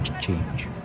change